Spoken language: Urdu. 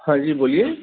ہاں جی بولیے